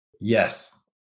Yes